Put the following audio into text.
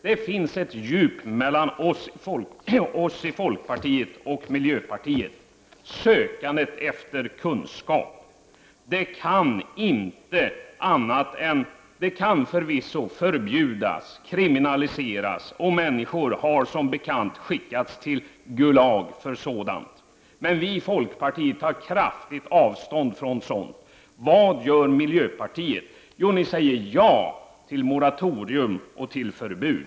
Det finns ett djup mellan oss i folkpartiet och miljöpartiet: sökandet efter kunskap. Det kan förvisso förbjudas och kriminaliseras, och människor har som bekant skickats till Gulag för sådant. Vi i folkpartiet tar kraftigt avstånd från det. Vad gör miljöpartiet? Jo, ni säger ja till moratorium och förbud.